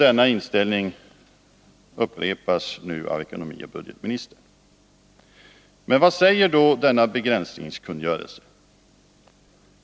Denna inställning upprepas nu av ekonomioch budgetministern. Men vad säger då denna begränsningskungörelse?